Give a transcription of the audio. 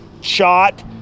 shot